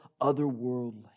otherworldly